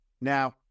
Now